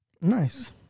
Nice